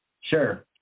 Sure